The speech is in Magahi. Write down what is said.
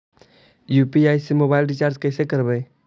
यु.पी.आई से मोबाईल रिचार्ज कैसे करबइ?